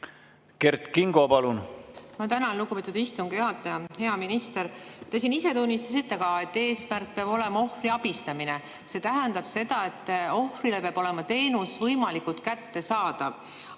Kert Kingo, palun! Ma tänan, lugupeetud istungi juhataja! Hea minister! Te ka ise tunnistasite, et eesmärk peab olema ohvri abistamine. See tähendab seda, et ohvrile peab olema teenus võimalikult kättesaadav.